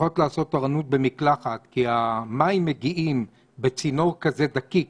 שצריכות לעשות תורנות במחלקת כי המים מגיעים בצינור כזה דקיק